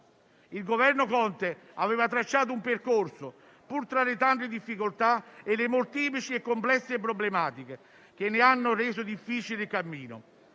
Il Governo Conte aveva tracciato un percorso, pur tra le tante difficoltà e le molteplici e complesse problematiche che ne hanno reso difficile il cammino: